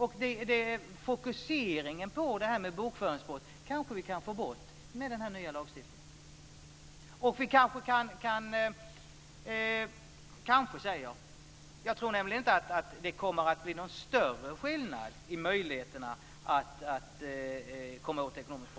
Vi kan kanske få bort fokuseringen på bokföringsbrott med den nya lagstiftningen. Jag säger kanske, eftersom jag inte tror att det kommer att bli någon större skillnad i möjligheterna att komma åt ekonomisk